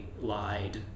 lied